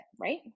right